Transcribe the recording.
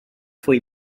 fue